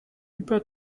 über